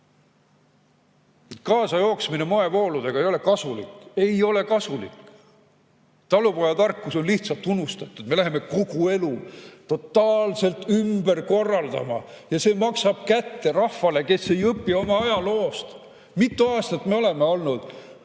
‑liiv. Kaasajooksmine moevooludega ei ole kasulik. Ei ole kasulik! Talupojatarkus on lihtsalt unustatud. Me läheme kogu elu totaalselt ümber korraldama ja see maksab kätte rahvale, kes ei õpi oma ajaloost. Mitu aastat me oleme olnud